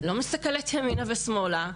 לא מסתכלת ימינה ושמאלה,